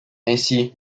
ainsi